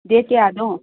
date ꯀꯌꯥꯅꯣ